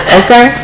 okay